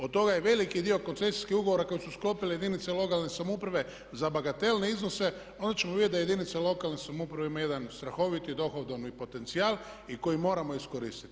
Od toga je veliki dio koncesijskih ugovora koje su sklopile jedinice lokalne samouprave za bagatelne iznose, onda ćemo vidjeti da jedinice lokalne samouprave ima jedan strahoviti dohodovni potencijal i koji moramo iskoristiti.